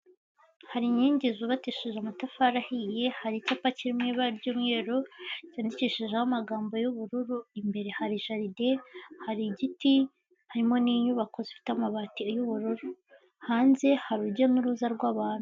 Hari inkingi zubakishije amatafari ahiye, hari icupa kirimo iba ry'umweru, cyandikishijeho amagambo y'ubururu, imbere hari jaride, hari igiti, harimo n'inyubako zifite amabati y'ubururu. Hanze hari urujya n'uruza rw'abantu.